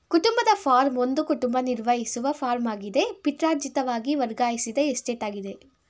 ಕುಟುಂಬದ ಫಾರ್ಮ್ ಒಂದು ಕುಟುಂಬ ನಿರ್ವಹಿಸುವ ಫಾರ್ಮಾಗಿದ್ದು ಪಿತ್ರಾರ್ಜಿತವಾಗಿ ವರ್ಗಾಯಿಸಿದ ಎಸ್ಟೇಟಾಗಿದೆ